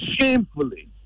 shamefully